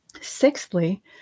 Sixthly